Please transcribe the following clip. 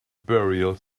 burial